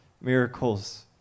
miracles